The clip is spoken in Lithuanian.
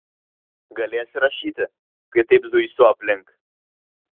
galėsi rašyti kai taip zuisiu aplink